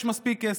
יש מספיק כסף.